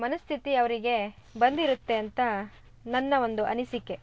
ಮನಸ್ಥಿತಿ ಅವರಿಗೆ ಬಂದಿರುತ್ತೆ ಅಂತ ನನ್ನ ಒಂದು ಅನಿಸಿಕೆ